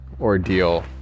ordeal